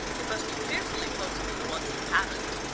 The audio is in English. it must be fearfully poky for the ones that haven't.